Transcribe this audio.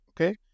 Okay